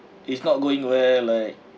it's not going where like